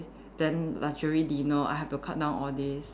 then luxury dinner I have to cut down all these